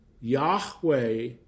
yahweh